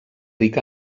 ric